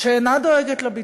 שאינה דואגת לביטחון,